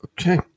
Okay